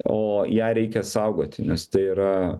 o ją reikia saugoti nes tai yra